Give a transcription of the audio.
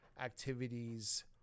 activities